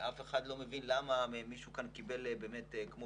אף אחד לא מבין למה מישהו כאן קיבל באמת כמו